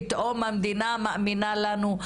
פתאום המדינה מאמינה לנו,